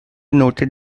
noted